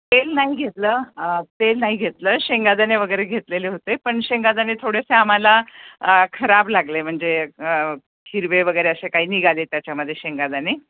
तेल नाही घेतलं तेल नाही घेतलं शेंगादाणे वगैरे घेतलेले होते पण शेंगादाणे थोडेसे आम्हाला खराब लागले म्हणजे हिरवे वगैरे असे काही निघाले त्याच्यामध्ये शेंगादाणे